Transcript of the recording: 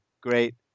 great